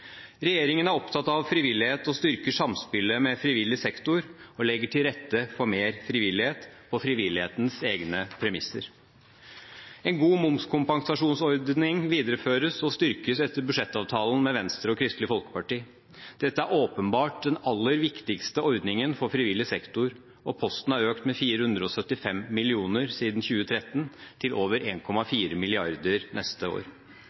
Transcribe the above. Regjeringen er opptatt av frivilligheten og styrker samspillet med frivillig sektor og legger til rette for mer frivillighet – på frivillighetens egne premisser. En god momskompensasjonsordning videreføres og styrkes etter budsjettavtalen med Venstre og Kristelig Folkeparti. Dette er åpenbart den aller viktigste ordningen for frivillig sektor, og posten er økt med 475 mill. kr siden 2013 til over 1,4 mrd. kr neste år.